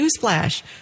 newsflash